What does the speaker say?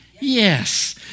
Yes